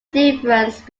difference